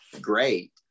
great